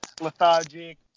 lethargic